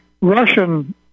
Russian